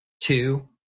two